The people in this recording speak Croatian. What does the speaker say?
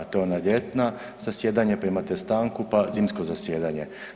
To je ona ljetna zasjedanja pa imate stanku pa zimsko zasjedanje.